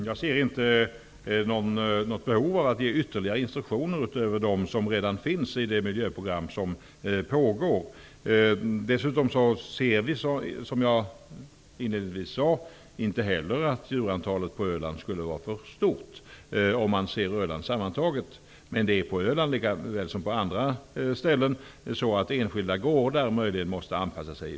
Fru talman! Jag ser inget behov av ytterligare instruktioner utöver dem som redan finns i pågående program. Dessutom ser vi i regeringen, precis som jag inledningsvis sade, inte heller att djurantalet på Öland sammantaget sett skulle vara för stort. Men på Öland, precis som på andra ställen, måste man på enskilda gårdar i viss mån anpassa sig.